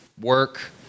work